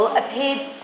appeared